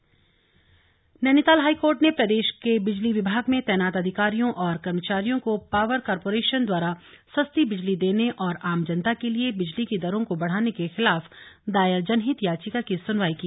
high court बिजली दर Nainital high court ने प्रदेश के बिजली विभाग में तैनात अधिकारियों और कर्मचारियों को पावर कॉरपोरेशन द्वारा सस्ती बिजली देने और आम जनता के लिए बिजली की दरों को बढ़ाने के खिलाफ दायर जनहित याचिका की सुनवाई की